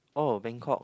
oh Bangkok